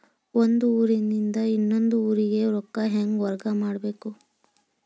ಒಂದ್ ಊರಿಂದ ಇನ್ನೊಂದ ಊರಿಗೆ ರೊಕ್ಕಾ ಹೆಂಗ್ ವರ್ಗಾ ಮಾಡ್ಬೇಕು?